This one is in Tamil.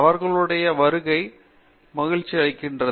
உங்களுடைய வருகை மகிழ்ச்சி அளிக்கிறது